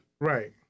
Right